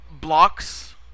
blocks